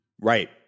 Right